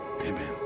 Amen